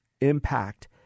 impact